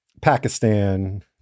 Pakistan